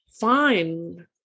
fine